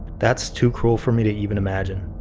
that's too cruel for me to even imagine.